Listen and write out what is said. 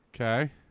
Okay